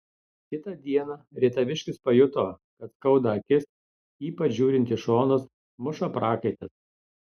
kitą dieną rietaviškis pajuto kad skauda akis ypač žiūrint į šonus muša prakaitas